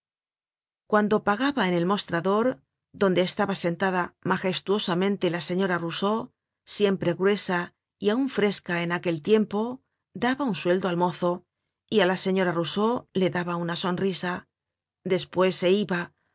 cuando pagaba en el mostrador donde estaba sentada magestuosamente la señora rousseau siempre gruesa y aun fresca en aquel tiempo daba un sueldo al mozo y la señora rousseau le daba una sonrisa despues se iba